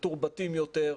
מתורבתים יותר,